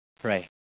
pray